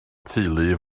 teulu